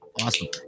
Awesome